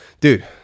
dude